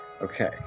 Okay